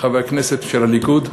חברי הכנסת של הליכוד,